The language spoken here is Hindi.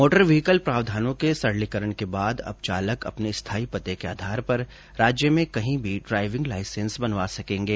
मोटर व्हीकल प्रावधानों के सरलीकरण के बाद अब चालक अपने स्थायी पते के आधार पर राज्य में कहीं भी ड्राइविंग लाईसेंस बनवा सकेंगे